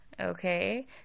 okay